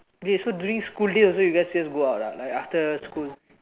okay so during school days you guys also just go out ah like after school